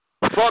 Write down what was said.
Fuck